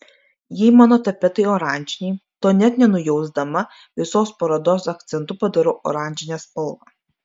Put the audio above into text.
jei mano tapetai oranžiniai to net nenujausdama visos parodos akcentu padarau oranžinę spalvą